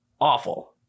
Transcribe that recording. awful